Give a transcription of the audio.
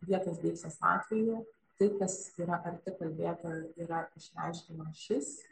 vietos deiksės atveju tai kas yra arti kalbėtojo yra reiškiama šis